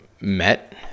met